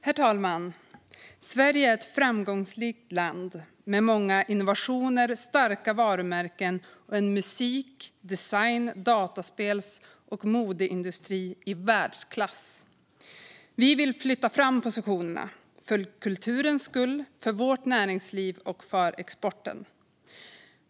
Herr talman! Sverige är ett framgångsrikt land med många innovationer, starka varumärken och en musik, design, dataspels och modeindustri i världsklass. Miljöpartiet vill flytta fram positionerna för kulturens, näringslivets och exportens skull.